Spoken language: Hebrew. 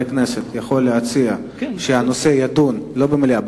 הכנסת יציע שהנושא יידון לא במליאה,